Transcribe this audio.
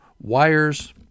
wires